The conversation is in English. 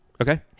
Okay